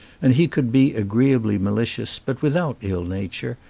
and he could be agree ably malicious, but without ill-nature,